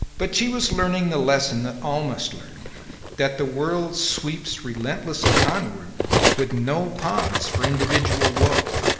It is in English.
but she was learning the lesson that all must learn that the world sweeps relentlessly onward with no pause for individual woe,